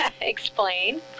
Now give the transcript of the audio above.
explain